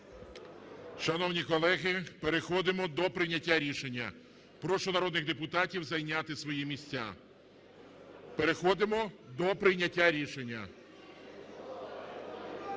Шановні колеги, переходимо до прийняття рішення. Прошу народних депутатів зайняти свої місця. Переходимо до прийняття рішення.